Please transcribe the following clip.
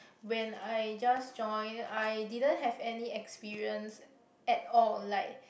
when I just join I didn't have any experience at all like